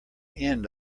end